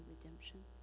redemption